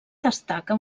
destaca